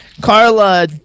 Carla